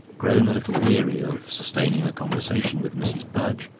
grown a little weary of sustaining a conversation with mrs. budge,